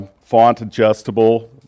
font-adjustable